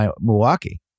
Milwaukee